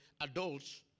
adults